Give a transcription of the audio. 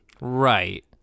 Right